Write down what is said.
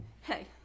hey